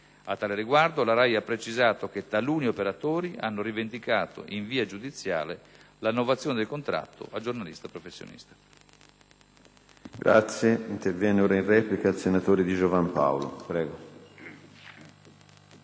A tale riguardo, la RAI ha precisato che taluni operatori hanno rivendicato in via giudiziale la novazione del contratto a giornalista professionista.